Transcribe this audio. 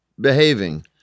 behaving